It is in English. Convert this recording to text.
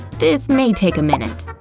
this may take a minute.